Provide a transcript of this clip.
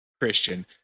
christian